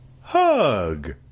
hug